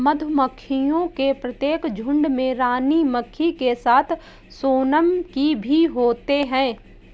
मधुमक्खियों के प्रत्येक झुंड में रानी मक्खी के साथ सोनम की भी होते हैं